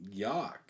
Yuck